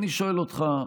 אני שואל אותך,